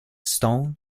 stone